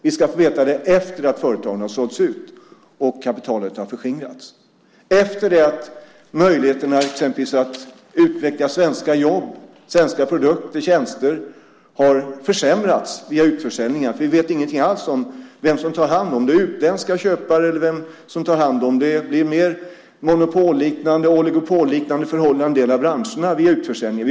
Vi ska få veta det efter det att företagen har sålts ut och kapitalet har förskingrats och efter det att möjligheten att utveckla svenska jobb och svenska produkter och tjänster har försämrats via utförsäljning. Vi vet ingenting om vem som tar hand om dem. Det kan vara utländska köpare. Det kan vara monopolliknande och oligopolliknande förhållanden i en del av branscherna vid utförsäljningen.